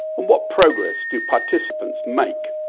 and what progress do participants make?